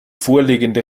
vorliegende